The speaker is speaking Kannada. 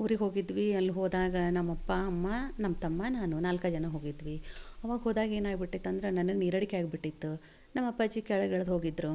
ಊರಿಗೆ ಹೋಗಿದ್ವಿ ಅಲ್ಲಿ ಹೋದಾಗ ನಮ್ಮ ಅಪ್ಪ ಅಮ್ಮ ನಮ್ಮ ತಮ್ಮ ನಾನು ನಾಲ್ಕೇ ಜನ ಹೋಗಿದ್ವಿ ಅವಾಗ ಹೋದಾಗ ಏನು ಆಗ್ಬಿಟ್ಟಿತ್ತು ಅಂದ್ರೆ ನನಗೆ ನೀರಡಿಕೆ ಆಗಿಬಿಟ್ಟಿತ್ತು ನಮ್ಮ ಅಪ್ಪಾಜಿ ಕೆಳಗೆ ಇಳ್ದು ಹೋಗಿದ್ದರು